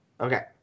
Okay